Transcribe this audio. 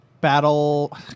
Battle